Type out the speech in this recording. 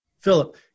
Philip